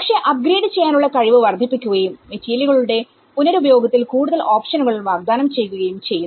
പക്ഷെ അപ്ഗ്രേഡ് ചെയ്യാനുള്ള കഴിവ് വർദ്ധിപ്പിക്കുകയും മെറ്റീരിയലുകളുടെ പുനരുപയോഗത്തിൽ കൂടുതൽ ഓപ്ഷനുകൾ വാഗ്ദാനം ചെയ്യുകയും ചെയ്യുന്നു